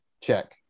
check